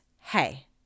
hey